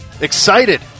Excited